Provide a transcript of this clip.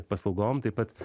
paslaugom taip pat